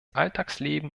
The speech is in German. alltagsleben